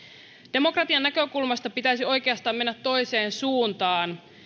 demokratian näkökulmasta pitäisi oikeastaan mennä toiseen suuntaan